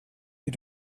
you